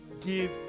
give